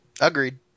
Agreed